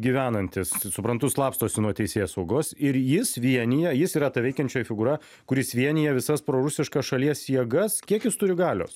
gyvenantis suprantu slapstosi nuo teisėsaugos ir jis vienija jis yra ta veikiančioji figūra kuris vienija visas prorusiškas šalies jėgas kiek jis turi galios